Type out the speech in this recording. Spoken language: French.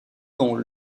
dans